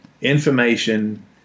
information